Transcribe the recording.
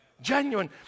genuine